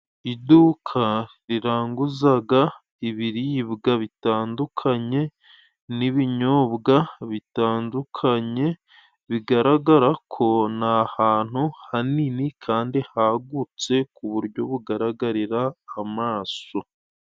Iduka riranguzaga ibiribwa bitandukanye n'ibinyobwa bitandukanye bigaragara ko ni ahantu hanini kandi hagutse ku buryo bugaragarira amaso.